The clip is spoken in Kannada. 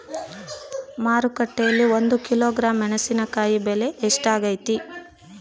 ಮಾರುಕಟ್ಟೆನಲ್ಲಿ ಒಂದು ಕಿಲೋಗ್ರಾಂ ಮೆಣಸಿನಕಾಯಿ ಬೆಲೆ ಎಷ್ಟಾಗೈತೆ?